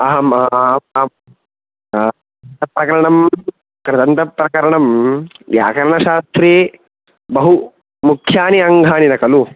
अहं आ आम् आम् गन्तप्रकरणं कृदन्तप्रकरणं व्याकरणशास्त्रे बहु मुख्यानि अङ्गानि कलु